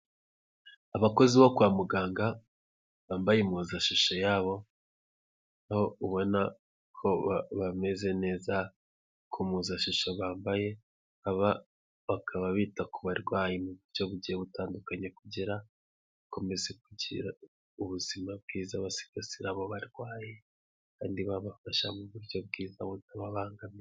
Abakozi bo kwa muganga bambaye impuzashusho yabo, aho ubona ko bameze neza ku mpuzashusho bambaye, bakaba bita ku barwayi mu buryo bugiye butandukanye, kugira bakomeze kugira ubuzima bwiza basigasira abo barwayi kandi babafasha mu buryo bwiza butababangamiye.